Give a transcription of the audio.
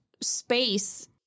space